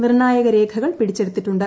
നിർണായക രേഖകൾ പിടിച്ചെടുത്തിട്ടുണ്ട്